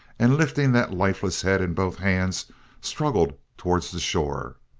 and lifting that lifeless head in both hands struggle towards the shore.